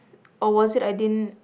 or was it I didn't